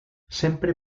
sempre